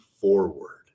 forward